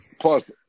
Plus